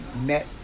met